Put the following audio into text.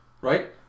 Right